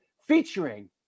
featuring